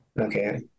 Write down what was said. Okay